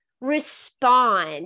respond